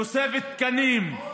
תוספת תקנים,